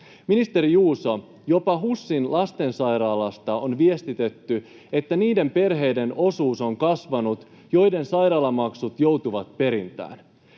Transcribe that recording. Ministeri Juuso, jopa HUSin lastensairaalasta on viestitetty, että niiden perheiden osuus on kasvanut, joiden sairaalamaksut joutuvat perintään.